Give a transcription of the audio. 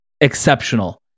exceptional